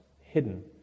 hidden